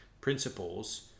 principles